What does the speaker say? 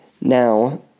Now